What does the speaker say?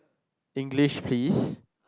English please